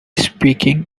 speaking